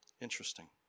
Interesting